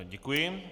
Děkuji.